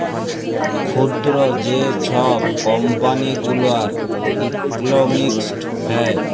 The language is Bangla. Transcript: ক্ষুদ্র যে ছব কম্পালি গুলার ইকলমিক্স হ্যয়